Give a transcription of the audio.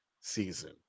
season